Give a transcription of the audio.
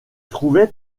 trouvait